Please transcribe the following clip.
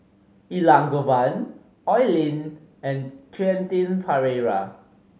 Elangovan Oi Lin and Quentin Pereira